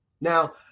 Now